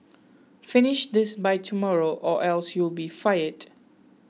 finish this by tomorrow or else you'll be fired